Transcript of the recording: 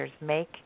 make